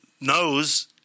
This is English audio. knows